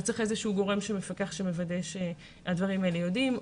אז צריך איזשהו גורם שמפקח ומוודא שהדברים האלה ידועים.